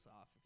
off